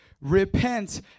repent